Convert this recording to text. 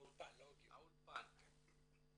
האולפן, לא הגיור.